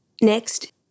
Next